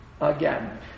again